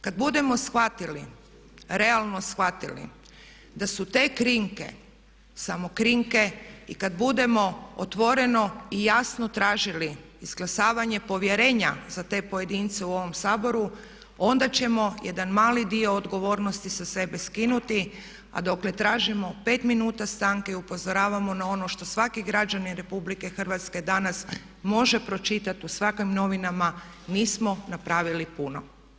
Kad budemo shvatili, realno shvatili da su te krinke samo krinke i kad budemo otvoreno i jasno tražili izglasavanje povjerenja za te pojedince u ovom Saboru onda ćemo jedan mali dio odgovornosti sa sebe skinuti a dokle tražimo 5 minuta stanke i upozoravamo na ono što svaki građanin RH danas može pročitati u svakim novinama, mi smo napravili puno.